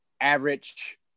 average